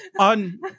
On